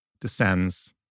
descends